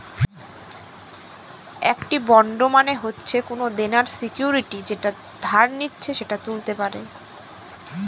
একটি বন্ড মানে হচ্ছে কোনো দেনার সিকুইরিটি যেটা যে ধার নিচ্ছে সে তুলতে পারে